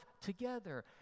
together